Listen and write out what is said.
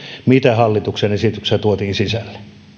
mitä hallituksen esityksessä tuotiin sisälle